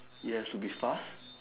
it has to be fast